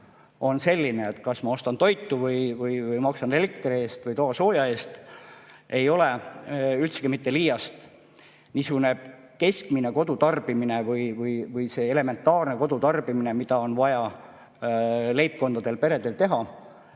on selline, et ma kas ostan toitu või maksan elektri eest või toasooja eest, ei ole üldsegi mitte liiast anda niisugune keskmine kodutarbimine või elementaarne kodutarbimine, mida leibkondadel, peredel on